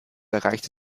erreichte